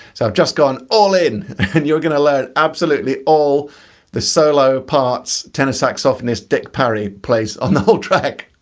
so i've just gone all in and you're gonna learn absolutely all the solo parts tenor saxophonist dick parry plays on the whole track.